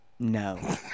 No